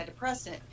antidepressant